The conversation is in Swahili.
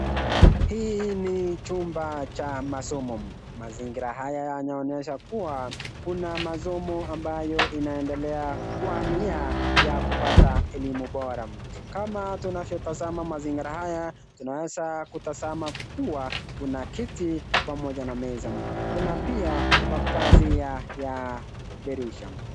Hii ni chumba cha masomo, mazingira haya yanaonyesha kuwa kuna masomo ambayo inaendelea kwa nia ya kupata elimu bora, kama tunavyo tazama mazingira haya tunaweza kutazama kuwa kuna kiti pamoja na meza, kuna pia mapazia ya dirisha.